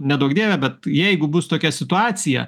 neduok dieve bet jeigu bus tokia situacija